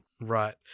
Right